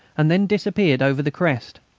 and then disappeared over the crest.